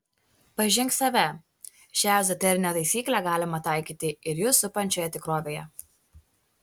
pažink save šią ezoterinę taisyklę galima taikyti ir jus supančioje tikrovėje